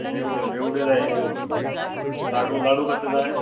रेवड्यो रेवड्यो जाई लाडू लाडू कसले जाय